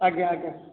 ଆଜ୍ଞା ଆଜ୍ଞା